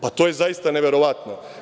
Pa, to je zaista neverovatno.